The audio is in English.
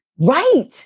Right